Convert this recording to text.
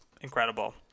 incredible